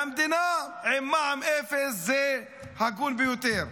והמדינה עם מע"מ אפס זה הגון ביותר.